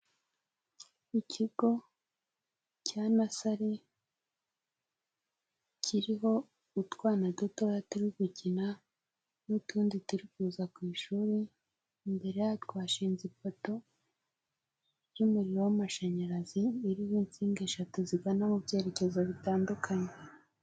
Ikigo cya nasari kiriho utwana dutoya turi gukina n'utundi turi kuza ku ishuri, imbere yatwo hashinze ipoto y'umuriro w'amashanyarazi ririho insinga eshatu zigana mu byerekezo bitandukanye.